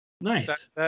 Nice